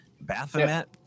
Baphomet